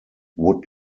would